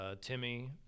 Timmy